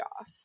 off